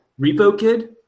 RepoKid